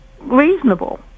reasonable